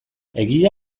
egia